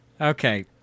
Okay